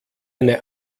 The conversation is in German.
eine